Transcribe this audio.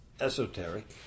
esoteric